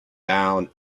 down